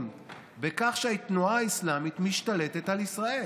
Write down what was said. בכך שהתנועה האסלאמית משתלטת על ישראל.